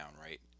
right